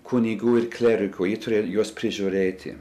kunigų ir klierikų ji turėjo juos prižiūrėti